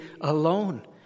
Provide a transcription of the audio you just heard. alone